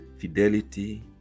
fidelity